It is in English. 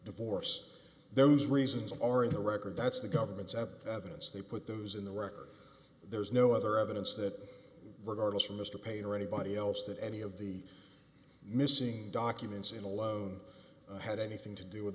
divorce those reasons are in the record that's the government's epp evidence they put those in the record there's no other evidence that regardless from mr paine or anybody else that any of the missing documents in a loan had anything to do with